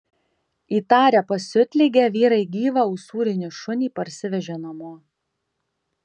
įtarę pasiutligę vyrai gyvą usūrinį šunį parsivežė namo